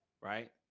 Right